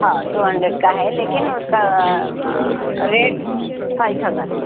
ہاں two hundred کا ہے لیکن اس کا ریٹ فائو تھاوزن ہے